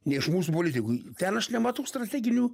ne iš mūsų politikų ten aš nematau strateginių